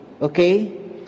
Okay